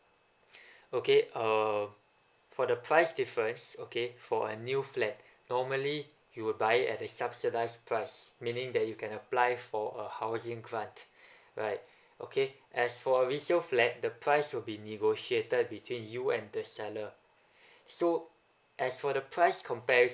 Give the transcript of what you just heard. okay uh for the price difference okay for a new flat normally you will buy it at the subsidized price meaning that you can apply for uh housing grant right okay as for a resale flat the price will be negotiated between you and the seller so as for the price comparison